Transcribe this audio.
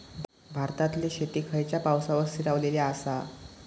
भारतातले शेती खयच्या पावसावर स्थिरावलेली आसा?